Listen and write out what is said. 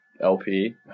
LP